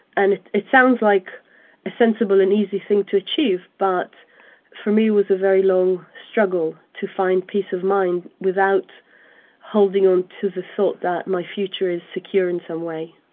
and it sounds like a sensible and easy thing to achieve, but for me was a very long struggle to find peace of mind without holding on to the thought that my future is secure in some way.